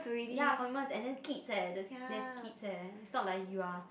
yea convent and then kids leh the there's kids leh it's not like you are